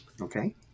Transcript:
Okay